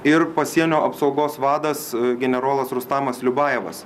ir pasienio apsaugos vadas generolas rustamas liubajevas